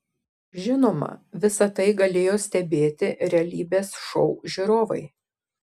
žinoma visa tai galėjo stebėti realybės šou žiūrovai